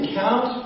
count